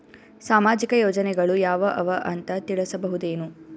ಸಾಮಾಜಿಕ ಯೋಜನೆಗಳು ಯಾವ ಅವ ಅಂತ ತಿಳಸಬಹುದೇನು?